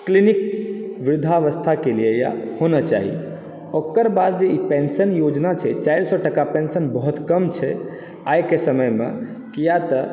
clinic वृद्धावस्था के लिए होना चाही ओकर बाद जे ई पेंशन योजना छै चारि सए टका पेंशन बहुत कम छै आइ के समयमे किया तऽ